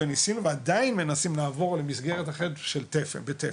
ניסינו ועדיין מנסים לעבור למסגרת אחרת בתפן.